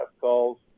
calls